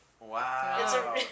Wow